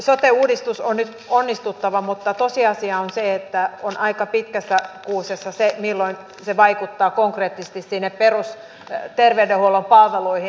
sote uudistuksen on nyt onnistuttava mutta tosiasia on se että on aika pitkässä kuusessa se milloin se vaikuttaa konkreettisesti sinne perusterveydenhuollon palveluihin